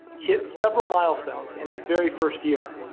hit several milestones in its very first year.